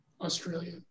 Australia